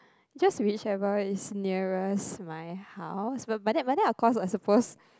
just whichever is nearest my house but but then but then of course I suppose